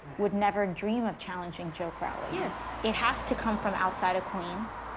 would never dream of challenging joe crowley. yeah it has to come from outside of queens.